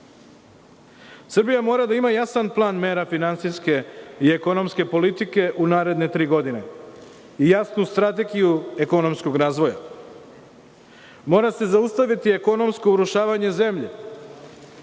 Srbija mora da ima jasan plan mera finansijske i ekonomske politike u naredne tri godine i jasnu strategiju ekonomskog razvoja. Mora se zaustaviti ekonomsko urušavanje zemlje.